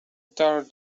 tar